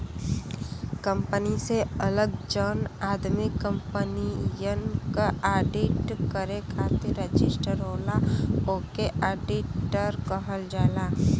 company से अलग जौन आदमी कंपनियन क आडिट करे खातिर रजिस्टर होला ओके आडिटर कहल जाला